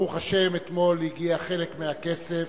ברוך השם, אתמול הגיע חלק מהכסף,